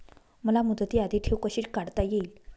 मला मुदती आधी ठेव कशी काढता येईल?